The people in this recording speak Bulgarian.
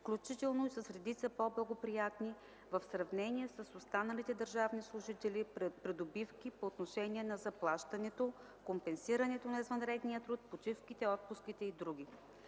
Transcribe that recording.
включително и с редица по-благоприятни, в сравнение с останалите държавни служители, придобивки по отношение на заплащането, компенсирането на извънредния труд, почивките, отпуските и др.